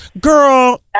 girl